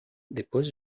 depois